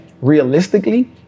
realistically